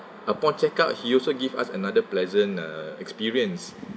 upon check out he also give us another pleasant uh experience